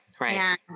right